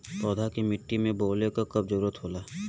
पौधा के मिट्टी में बोवले क कब जरूरत होला